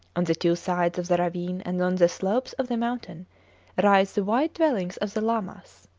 on the two sides of the ravine and on the slopes of the mountain rise the white dwellings of the lamas.